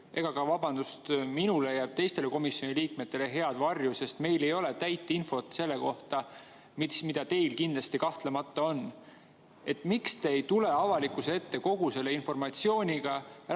ega ka, vabandust, minule ja teistele komisjoni liikmetele, sest meil ei ole täit infot selle kohta, mis teil kahtlemata on. Miks te ei tule avalikkuse ette kogu selle informatsiooniga, et rääkida